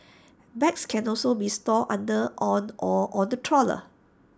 bags can also be stored under or on the stroller